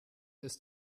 ist